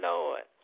Lord